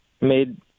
made